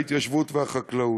ההתיישבות והחקלאות.